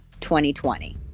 2020